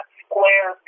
square